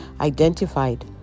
identified